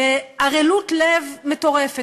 בערלות-לב מטורפת,